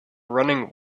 running